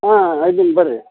ಹಾಂ ಅಡ್ಡಿಲ್ಲ ಬರ್ರಿ